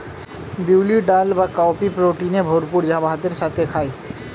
বিউলির ডাল বা কাউপি প্রোটিনে ভরপুর যা ভাতের সাথে খায়